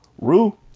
Rue